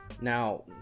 now